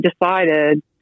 decided